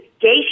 gay